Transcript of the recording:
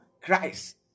Christ